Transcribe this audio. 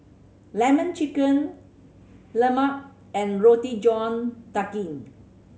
Lemon Chicken Lemang and Roti John Daging